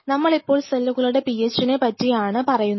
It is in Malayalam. നമ്മൾ ഇപ്പോൾ സെല്ലുകളുടെ PHനെ പറ്റിയാണ് പറയുന്നത്